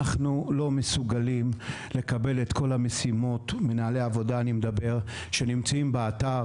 אנחנו לא מסוגלים לקבל את כל המשימות כשאנחנו נמצאים באתר,